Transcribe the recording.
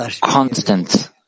constant